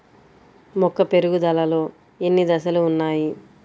మొక్క పెరుగుదలలో ఎన్ని దశలు వున్నాయి?